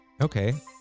Okay